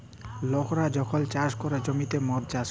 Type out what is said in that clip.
লকরা যখল চাষ ক্যরে জ্যমিতে মদ চাষ ক্যরে